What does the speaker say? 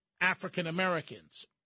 African-Americans